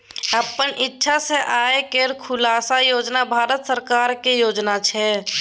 अपन इक्षा सँ आय केर खुलासा योजन भारत सरकारक योजना छै